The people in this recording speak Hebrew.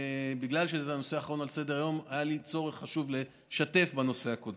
בגלל שזה הנושא האחרון על סדר-היום היה לי צורך לשתף בנושא הקודם.